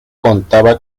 contaba